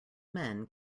men